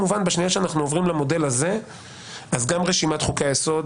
בשנייה שאנחנו עוברים למודל הזה אז גם רשימת חוקי היסוד